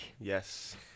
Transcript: Yes